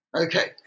Okay